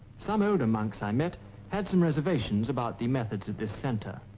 some older monks i met had some reservations about the methods of this center,